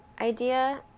idea